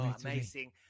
amazing